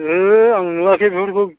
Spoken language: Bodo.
ओहो आं नुवाखै बेफोरखौ